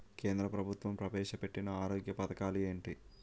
కేంద్ర ప్రభుత్వం ప్రవేశ పెట్టిన ఆరోగ్య పథకాలు ఎంటి?